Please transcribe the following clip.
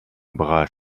bras